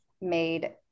made